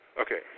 Okay